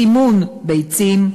סימון ביצים,